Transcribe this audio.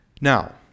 Now